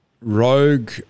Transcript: Rogue